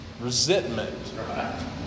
resentment